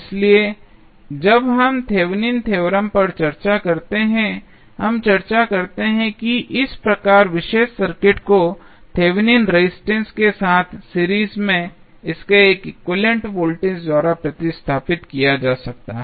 इसलिए जब हम थेवेनिन थ्योरम Thevenins theorem पर चर्चा करते हैं हम चर्चा करते हैं कि इस विशेष सर्किट को थेवेनिन रेजिस्टेंस के साथ सीरीज में इसके एक्विवैलेन्ट वोल्टेज द्वारा प्रतिस्थापित किया जा सकता है